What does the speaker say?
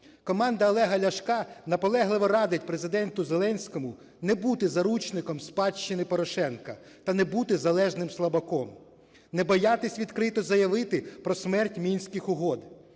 Команда Олега Ляшка наполегливо радить Президенту Зеленському не бути заручником спадщини Порошенка та не бути залежним слабаком, не боятися відкрито заявити про смерть Мінських угод,